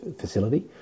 facility